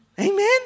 amen